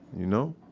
you know.